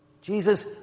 Jesus